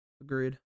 Agreed